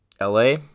LA